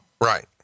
Right